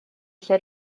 lle